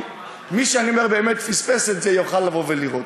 מי שפספס את זה יוכל לראות.